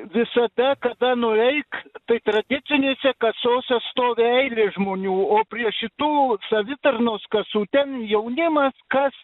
visada kada nueik tai tradicinėse kasose stovi eilės žmonių o prie šitų savitarnos kasų ten jaunimas kas